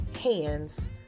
hands